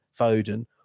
Foden